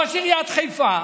לראש עיריית חיפה,